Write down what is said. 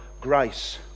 grace